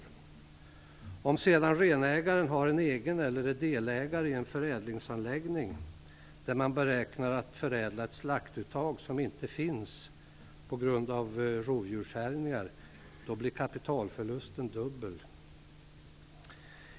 Om renägaren sedan har en egen förädlingsanläggning eller är delägare i en förädlingsanläggning där man räknar med att förädla ett slaktuttag som inte finns på grund av rovdjurshärjningar blir kapitalförlusten dubbel.